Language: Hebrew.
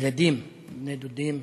ילדים, בני-דודים,